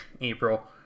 April